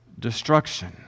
Destruction